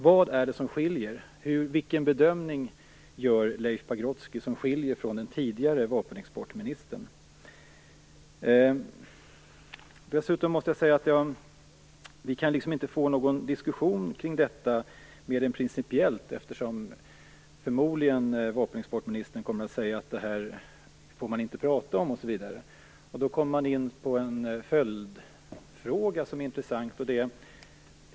Vad är det alltså som skiljer Leif Pagrotskys bedömning från tidigare vapenexportministerns? Vi kan inte få någon diskussion kring detta mer än rent principiellt. Jag förmodar nämligen att vapenexportministern kommer att säga att man inte får prata om det här osv. Då kommer jag in på en intressant följdfråga.